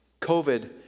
COVID